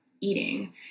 eating